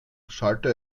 schallte